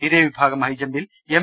ഇതേ വിഭാഗം ഹൈജമ്പിൽ എം